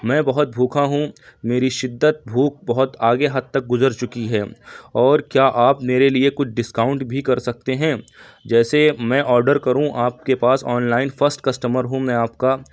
میں بہت بھوکا ہوں میری شدت بھوک بہت آگے حد تک گزر چکی ہے اور کیا آپ میرے لیے کچھ ڈسکاؤنٹ بھی کر سکتے ہیں جیسے میں آڈر کروں آپ کے پاس آن لائن فسٹ کسٹمر ہوں میں آپ کا